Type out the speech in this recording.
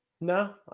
no